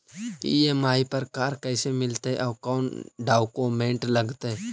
EMI पर car कैसे मिलतै औ कोन डाउकमेंट लगतै?